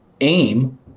aim